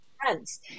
friends